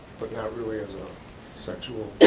but not really as a sexual